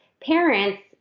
parents